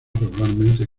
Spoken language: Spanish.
regularmente